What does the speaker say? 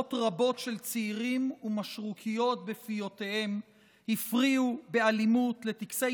עשרות רבות של צעירים ומשרוקיות בפיותיהם הפריעו באלימות לטקסי